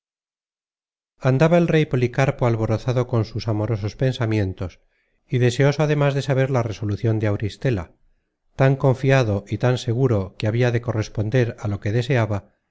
andaba el rey policarpo alborozado con sus amorosos pensamientos y deseoso ademas de saber la resolucion de auristela tan confiado y tan seguro que habia de corresponder á lo que deseaba